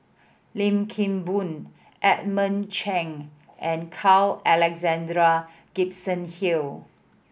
Lim Kim Boon Edmund Cheng and Carl Alexander Gibson Hill